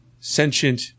sentient